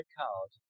card